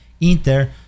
Inter